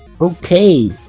Okay